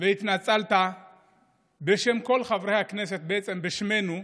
והתנצלת בשם כל חברי הכנסת, בעצם בשמנו,